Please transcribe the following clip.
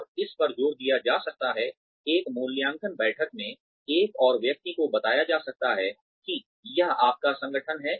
और इस पर जोर दिया जा सकता है एक मूल्यांकन बैठक में एक और व्यक्ति को बताया जा सकता है कि यह आपका संगठन है